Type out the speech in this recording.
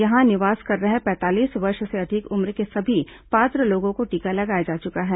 यहां निवास कर रहे पैंतालीस वर्ष से अधिक उम्र के सभी पात्र लोगों को टीका लगाया जा चुका है